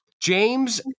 James